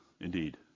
indeed